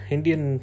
Indian